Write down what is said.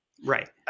Right